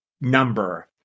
number